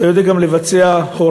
אתה יודע גם לבצע הוראות